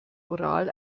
oral